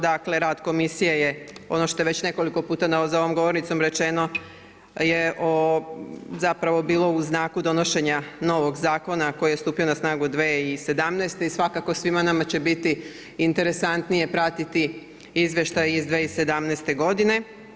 Dakle, rad Komisije je ono što je već nekoliko puta za ovom govornicom rečeno je zapravo bilo u znaku donošenja novog zakona koji je stupio na snagu 2017. i svakako svima nama će biti interesantnije pratiti Izveštaj iz 2017. godine.